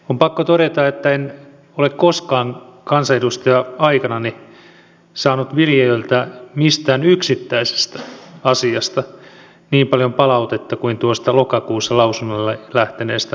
on pakko todeta että en ole koskaan kansanedustaja aikanani saanut viljelijöiltä mistään yksittäisestä asiasta niin paljon palautetta kuin tuosta lokakuussa lausunnolle lähteneestä lakiluonnoksesta